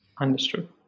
Understood